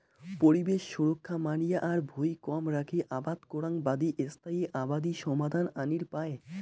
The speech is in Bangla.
পরিবেশ সুরক্ষা মানিয়া আর ভুঁই কম রাখি আবাদ করাং বাদি স্থায়ী আবাদি সমাধান আনির পায়